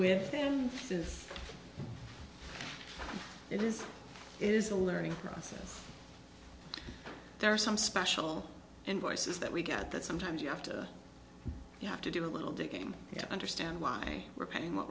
with him says it is it is a learning process there are some special invoices that we get that sometimes you have to you have to do a little digging to understand why we're paying what